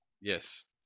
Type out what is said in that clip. Yes